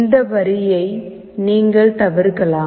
இந்த வரியை நீங்கள் தவிர்க்கலாம்